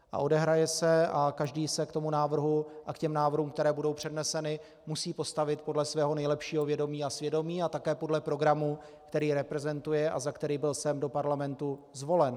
A odehraje se a každý se k tomu návrhu a k těm návrhům, které budou předneseny, musí postavit podle svého nejlepšího vědomí a svědomí a také podle programu, který reprezentuje a za který byl sem do parlamentu zvolen.